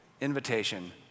invitation